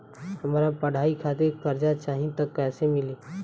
हमरा पढ़ाई खातिर कर्जा चाही त कैसे मिली?